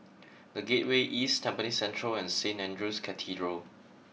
the Gateway East Tampines Central and Saint Andrew's Cathedral